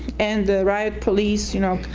and the riot police, you know,